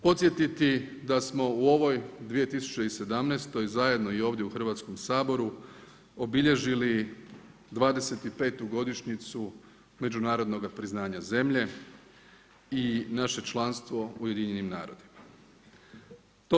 Prvo, podsjetiti da smo u ovoj 2017. zajedno i ovdje u Hrvatskom saboru obilježili 25. godišnjicu međunarodnoga priznanja zemlje i naše članstvo u UN-u.